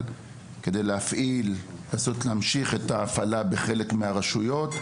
כדי לנסות להמשיך את ההפעלה בחלק מהרשויות,